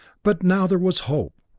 but now there was hope,